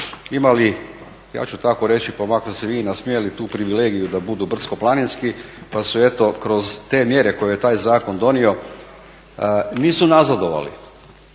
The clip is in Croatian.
imali ja tako reći pa makar se vi nasmijali tu privilegiju da budu o brdsko-planinski pa su kroz te mjere koje je taj zakon donio nisu nazadovali